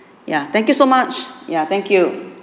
ya thank you so much ya thank you